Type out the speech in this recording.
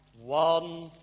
one